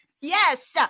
Yes